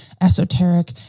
esoteric